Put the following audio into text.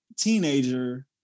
teenager